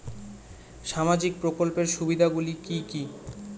সামাজিক প্রকল্পের সুবিধাগুলি কি কি?